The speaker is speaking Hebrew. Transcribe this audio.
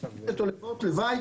כשיש תופעות לוואי,